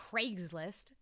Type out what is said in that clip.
Craigslist